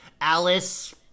Alice